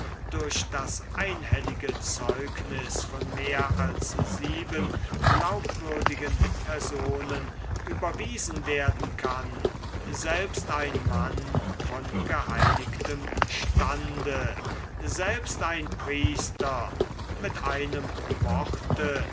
durch das einhellige zeugnis von mehr als sieben glaubwürdigen personen überwiesen werden kann selbst ein mann von geheiligtem stande selbst ein priester mit einem wort